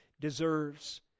deserves